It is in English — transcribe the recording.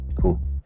Cool